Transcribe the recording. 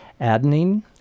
adenine